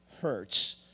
hurts